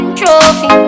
trophy